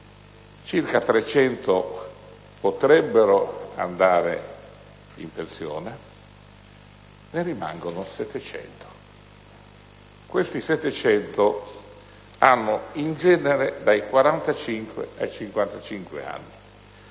altri 300 potrebbero andare in pensione. Ne rimangono 700 che hanno, in genere, dai 45 ai 55 anni.